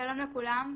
שלום לכולם,